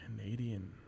canadian